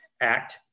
act